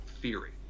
theory